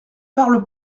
parle